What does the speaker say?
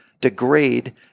degrade